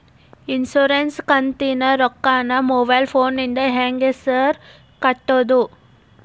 Insurance ಕಂತಿನ ರೊಕ್ಕನಾ mobile ಫೋನಿಂದ ಹೆಂಗ್ ಸಾರ್ ಕಟ್ಟದು?